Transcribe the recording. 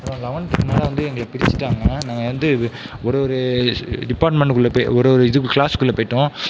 அப்றம் லெவன்த்துக்கு மேலே வந்து எங்களை பிரிச்சுட்டாங்க நாங்கள் வந்து ஒரு ஒரு டிபார்ட்மென்ட்டுக்குள்ள போய் ஒரு ஒரு இதுக்குள்ள கிளாஸுக்குள்ள போய்விட்டோம்